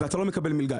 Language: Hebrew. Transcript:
ואתה לא מקבל מלגה.